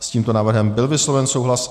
S tímto návrhem byl vysloven souhlas.